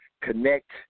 connect